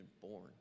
born